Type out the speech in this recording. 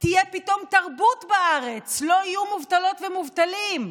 תהיה פתאום תרבות בארץ, לא יהיו מובטלות ומובטלים?